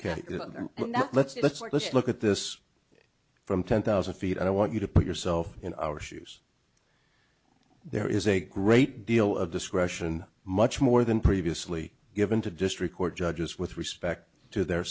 n let's let's list look at this from ten thousand feet and i want you to put yourself in our shoes there is a great deal of discretion much more than previously given to district court judges with respect to their